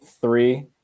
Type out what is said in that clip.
three